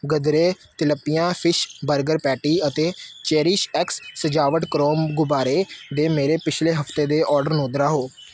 ਗਦਰੇ tilapia fish burger patty ਅਤੇ ਚੇਰੀਸ਼ਐਕਸ ਸਜਾਵਟ ਕਰੋਮ ਗੁਬਾਰੇ ਦੇ ਮੇਰੇ ਪਿਛਲੇ ਹਫਤੇ ਦੇ ਆਰਡਰ ਨੂੰ ਦੁਹਰਾਓ